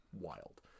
wild